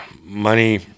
money